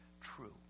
true